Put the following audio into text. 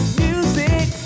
music